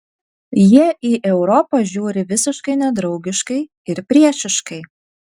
jie į europą žiūri visiškai nedraugiškai ir priešiškai